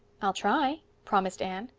i'll try, promised anne.